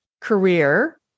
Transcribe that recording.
career